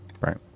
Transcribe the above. Right